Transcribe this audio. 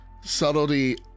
subtlety